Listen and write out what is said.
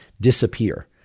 disappear